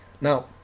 now